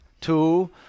two